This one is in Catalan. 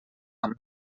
amb